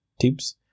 tips